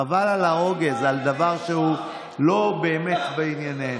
חבל על הרוגז על דבר שהוא לא באמת בענייננו.